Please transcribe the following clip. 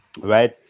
right